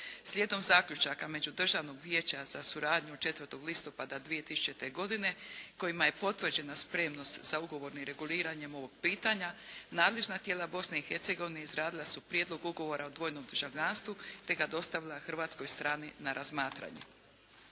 Slijedom zaključaka Međudržavnog vijeća za suradnju od 4. listopada 2000. godine kojima je potvrđena spremnost za ugovorno reguliranje ovog pitanja nadležna tijela Bosne i Hercegovine izradila su Prijedlog ugovora o dvojnom državljanstvu te ga dostavila hrvatskoj strani na razmatranje.